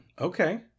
Okay